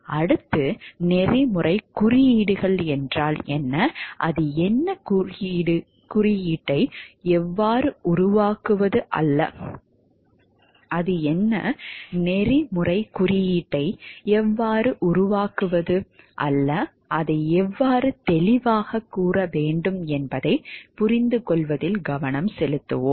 அடுத்து நெறிமுறைக் குறியீடுகள் என்றால் என்ன அது என்ன நெறிமுறைக் குறியீட்டை எவ்வாறு உருவாக்குவது அல்ல அதை எவ்வாறு தெளிவாகக் கூற வேண்டும் என்பதைப் புரிந்துகொள்வதில் கவனம் செலுத்துவோம்